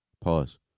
Pause